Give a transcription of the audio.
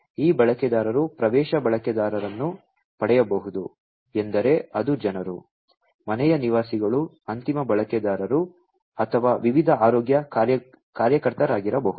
ಮತ್ತು ಈ ಬಳಕೆದಾರರು ಪ್ರವೇಶ ಬಳಕೆದಾರರನ್ನು ಪಡೆಯಬಹುದು ಎಂದರೆ ಅದು ಜನರು ಮನೆಯ ನಿವಾಸಿಗಳು ಅಂತಿಮ ಬಳಕೆದಾರರು ಅಥವಾ ವಿವಿಧ ಆರೋಗ್ಯ ಕಾರ್ಯಕರ್ತರಾಗಿರಬಹುದು